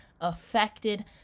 affected